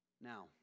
Now